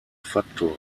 faktor